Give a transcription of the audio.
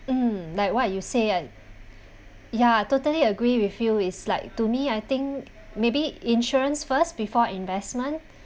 mm like what you say ah ya totally agree with you is like to me I think maybe insurance first before investment